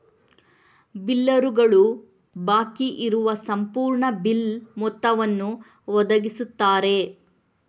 ಬಿಲ್ಲರುಗಳು ಬಾಕಿ ಇರುವ ಸಂಪೂರ್ಣ ಬಿಲ್ ಮೊತ್ತವನ್ನು ಒದಗಿಸುತ್ತಾರೆ